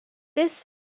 this